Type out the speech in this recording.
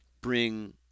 bring